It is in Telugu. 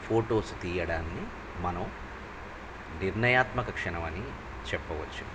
ఫొటోస్ తియ్యడాన్ని మనం నిర్ణయాత్మక క్షణమని చెప్పవచ్చు